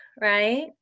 right